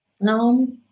No